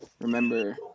remember